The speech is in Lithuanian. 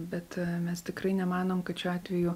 bet mes tikrai nemanom kad šiuo atveju